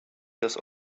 das